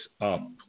up